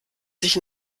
sich